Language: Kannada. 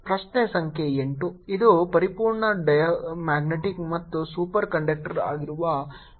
ಪ್ರಶ್ನೆ ಸಂಖ್ಯೆ 8 ಇದು ಪರಿಪೂರ್ಣ ಡಯಾಮ್ಯಾಗ್ನೆಟಿಕ್ ಮತ್ತು ಸೂಪರ್ ಕಂಡಕ್ಟರ್ ಆಗಿರುವ ವಸ್ತುವಿಗೆ ಸಂಬಂಧಿಸಿದೆ